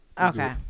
Okay